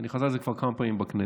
ואני חוזר על זה כבר כמה פעמים בכנסת.